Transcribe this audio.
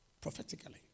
Prophetically